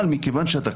אבל, מכיוון שאתה